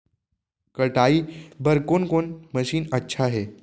कटाई बर कोन कोन मशीन अच्छा हे?